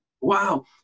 Wow